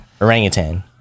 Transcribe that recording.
Orangutan